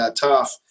tough